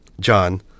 John